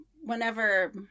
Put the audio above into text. whenever